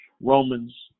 romans